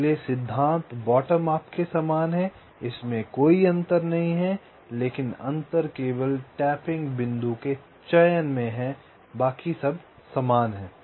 इसलिए सिद्धांत bottom up के समान है इसमें कोई अंतर नहीं है लेकिन केवल अंतर टैपिंग बिंदु के चयन में है बाकी समान है